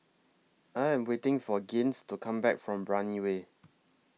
I Am waiting For Gaines to Come Back from Brani Way